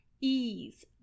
ease